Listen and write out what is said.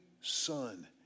son